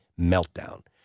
meltdown